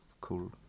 cool